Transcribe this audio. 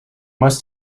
must